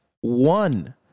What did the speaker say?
one